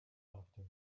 after